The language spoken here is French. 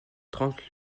trente